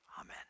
Amen